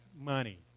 money